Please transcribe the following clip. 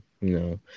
no